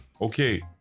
okay